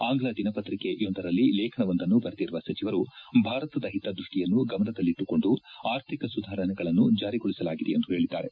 ಆಂಗ್ಲ ದಿನಪತ್ರಿಕೆಯೊಂದರಲ್ಲಿ ಲೇಖನವೊಂದನ್ನು ಬರೆದಿರುವ ಸಚಿವರು ಭಾರತದ ಹಿತದೃಷ್ಟಿಯನ್ನು ಗಮನದಲ್ಲಿಟ್ಟುಕೊಂಡು ಆರ್ಥಿಕ ಸುಧಾರಣೆಗಳನ್ನು ಜಾರಿಗೊಳಿಸಲಾಗಿದೆ ಎಂದು ಹೇಳಿದ್ದಾರೆ